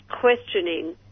questioning